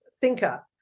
thinker